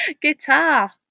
guitar